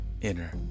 inner